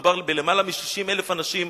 מדובר בלמעלה מ-60,000 אנשים,